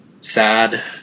sad